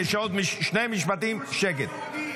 יש עוד שני משפטים, שקט.